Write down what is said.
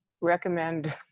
recommend